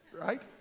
right